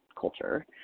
culture